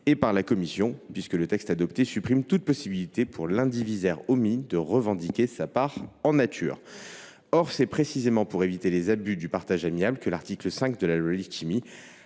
et par la commission, puisque le texte adopté supprime toute possibilité pour l’indivisaire omis de revendiquer sa part en nature. Or c’est précisément pour éviter les abus du partage amiable que l’article 5 de la loi Letchimy